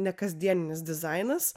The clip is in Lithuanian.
nekasdieninis dizainas